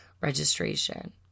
registration